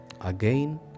Again